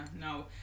no